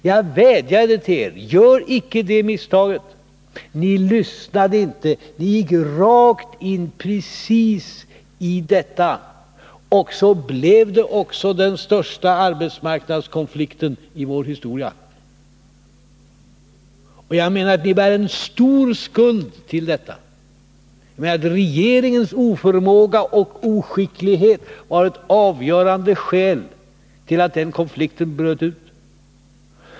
Jag vädjade till er: Gör icke det misstaget! Ni lyssnade inte. Ni gick rakt in i det här, och så blev det också den största arbetsmarknadskonflikten i vår historia. Jag menar att ni bär en stor skuld härvidlag. Regeringens oförmåga och oskicklighet var ett avgörande skäl till att konflikten bröt ut.